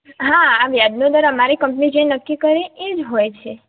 હા આ વ્યાજનો દર અમારી કંપની જે નક્કી કરે એ જ હોય છે